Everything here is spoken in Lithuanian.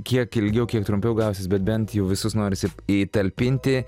kiek ilgiau kiek trumpiau gausis bet bent jau visus norisi įtalpinti